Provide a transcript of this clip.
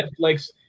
Netflix